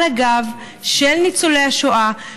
על הגב של ניצולי השואה,